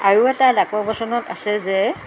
আৰু এটা ডাকৰ বচনত আছে যে